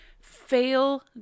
fail